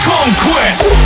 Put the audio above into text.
Conquest